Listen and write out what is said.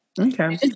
Okay